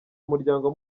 umuryango